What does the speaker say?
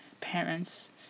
parents